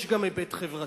יש גם היבט חברתי.